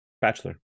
Bachelor